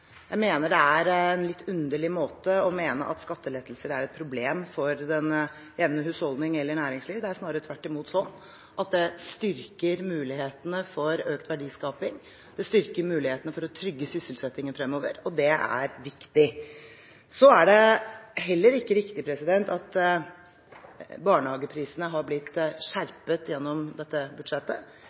Jeg mener det er litt underlig å mene at skattelettelser er et problem for den jevne husholdning eller for næringslivet. Det er snarere tvert imot sånn at det styrker mulighetene for økt verdiskaping. Det styrker mulighetene for å trygge sysselsettingen fremover, og det er viktig. Det er heller ikke riktig at barnehageprisene er blitt skjerpet gjennom dette budsjettet.